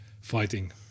fighting